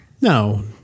no